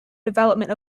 development